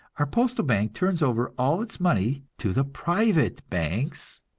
our postal bank turns over all its money to the private banks,